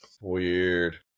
Weird